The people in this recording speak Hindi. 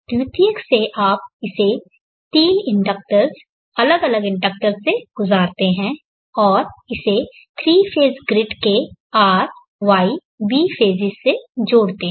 द्वितीयक से आप इसे 3 इंडक्टर्स अलग अलग इंडक्टर्स से गुज़ारते हैं और इसे 3 फेज़ ग्रिड के R Y B फेज़ेस से जोड़ते हैं